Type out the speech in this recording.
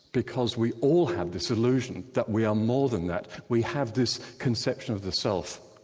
because we all have this illusion that we are more than that. we have this conception of the self.